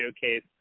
showcase